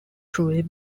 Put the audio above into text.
truly